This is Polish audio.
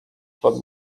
pod